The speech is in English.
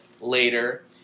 later